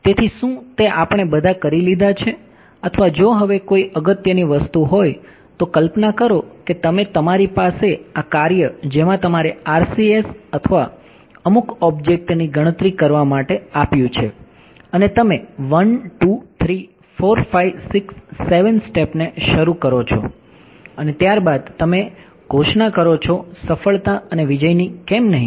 તેથી શું તે આપણે બધાં કરી લીધાં છે અથવા જો હવે કોઈ અગત્યની વસ્તુ હોય તો કલ્પના કરો કે તમે તમારી પાસે આ કાર્ય જેમાં તમારે RCS અથવા અમુક ઑબ્જેક્ટ ને શરૂ કરો છો અને ત્યારબાદ તમે તમે ઘોષણા કરો છો સફળતા અને વિજયની કેમ નહીં